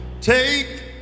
Take